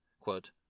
quote